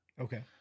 Okay